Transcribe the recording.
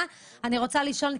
אני רוצה לשאול.